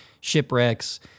shipwrecks